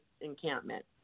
encampment